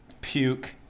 Puke